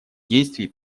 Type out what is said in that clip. действий